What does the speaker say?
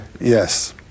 Yes